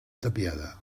tapiada